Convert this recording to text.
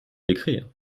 l’écrire